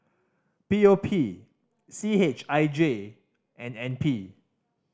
P O P C H I J and N P